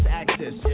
access